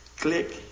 Click